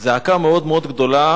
זעקה מאוד מאוד גדולה